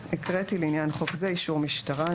הקראתי: לעניין חוק זה, "אישור משטרה"".